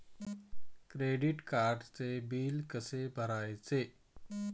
Credit कार्डचे bill कसे भरायचे?